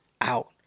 out